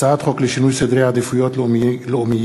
הצעת חוק לשינוי סדרי עדיפויות לאומיים